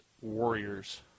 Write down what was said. Warriors